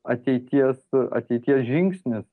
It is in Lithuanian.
ateities ateities žingsnis